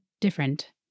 different